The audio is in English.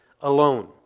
alone